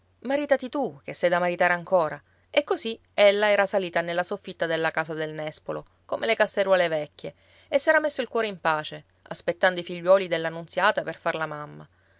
maritati tu che sei da maritare ancora e così ella era salita nella soffitta della casa del nespolo come le casseruole vecchie e s'era messo il cuore in pace aspettando i figliuoli della nunziata per far la mamma